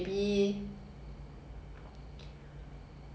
my own sushi roll